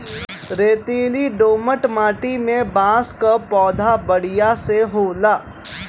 रेतीली दोमट माटी में बांस क पौधा बढ़िया से होला